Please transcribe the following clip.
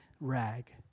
rag